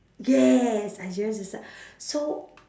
yes I just so